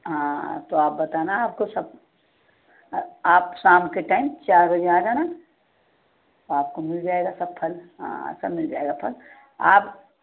हाँ तो आप बताना आपको सब आप शाम के टाइम चार बजे आ जाना आपको मिल जाएगा सब फल हाँ सब मिल जाएगा फल आप